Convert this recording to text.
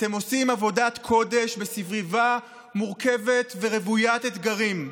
אתם עושים עבודת קודש בסביבה מורכבת ורוויית אתגרים.